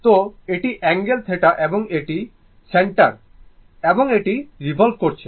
তো এটি অ্যাঙ্গেল θ এবং এটি সেন্টার এবং এটি রিভল্ভ করছে